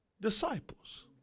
disciples